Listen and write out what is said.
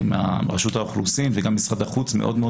רשות האוכלוסין וגם משרד החוץ מאוד מאוד